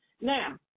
Now